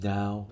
Now